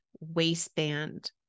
waistband